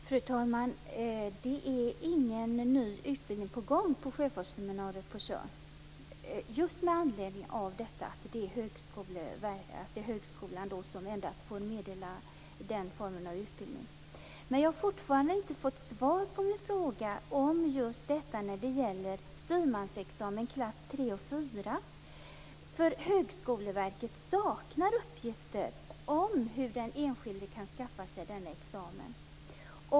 Fru talman! Det är ingen ny utbildning på gång på Sjöfartsseminariet på Tjörn, just med anledning av att det är endast högskolan som får meddela den formen av utbildning. Jag har fortfarande inte fått svar på min fråga om just styrmansexamen klass III och IV. Högskoleverket saknar uppgifter om hur den enskilde kan skaffa sig denna examen.